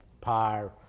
par